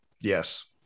Yes